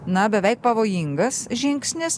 na beveik pavojingas žingsnis